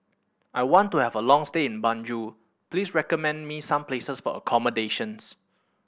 I want to have a long stay in Banjul please recommend me some places for accommodations